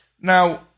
Now